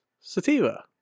Sativa